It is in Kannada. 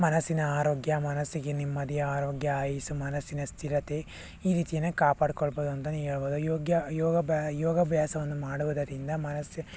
ಮನಸ್ಸಿನ ಆರೋಗ್ಯ ಮನಸ್ಸಿಗೆ ನೆಮ್ಮದಿ ಆರೋಗ್ಯ ಆಯಸ್ಸು ಮನಸ್ಸಿನ ಸ್ಥಿರತೆ ಈ ರೀತಿ ಕಾಪಾಡ್ಕೊಳ್ಬೋದು ಅಂತಲೇ ಹೇಳ್ಬೋದು ಯೋಗ್ಯ ಯೋಗಬ್ಯಾ ಯೋಗಾಭ್ಯಾಸವನ್ನು ಮಾಡುವುದರಿಂದ ಮನಸ್ಸು